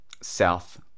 south